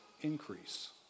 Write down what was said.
increase